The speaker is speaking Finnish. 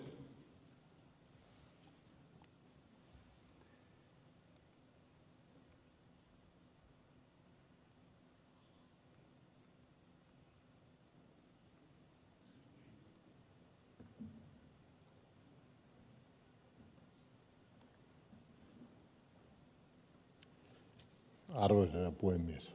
arvoisa herra puhemies